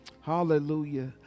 Hallelujah